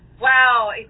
Wow